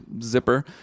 zipper